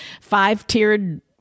five-tiered